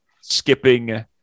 skipping